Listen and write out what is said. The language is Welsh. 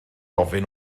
ofyn